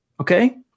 Okay